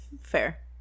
Fair